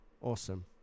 Awesome